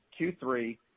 Q3